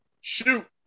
shoot